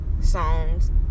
songs